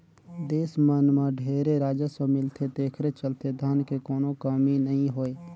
देस मन मं ढेरे राजस्व मिलथे तेखरे चलते धन के कोनो कमी नइ होय